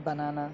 banana